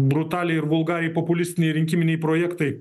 brutaliai ir vulgariai populistiniai rinkiminiai projektai